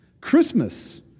Christmas